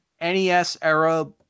NES-era